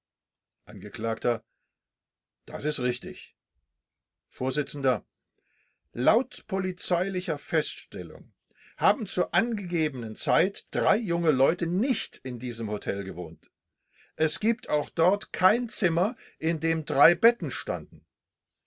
angekl das ist richtig vors laut polizeilicher feststellung haben zur angegebenen zeit drei junge leute nicht in diesem hotel gewohnt es gibt auch dort kein zimmer in dem drei betten standen